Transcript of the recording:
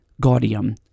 Gaudium